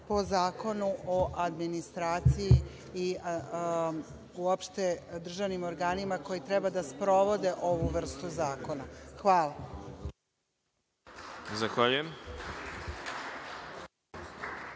po Zakonu o administraciji i uopšte državnim organima koji treba da sprovode ovu vrstu zakona. Hvala.